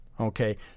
okay